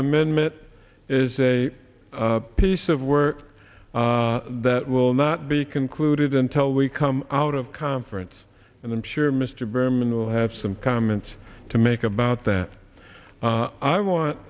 amendment is a piece of work that will not be concluded until we come out of conference and i'm sure mr berman will have some comments to make about that i want